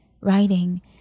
writing